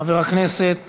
חבר הכנסת